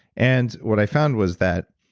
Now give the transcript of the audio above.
and what i found was that,